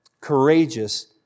courageous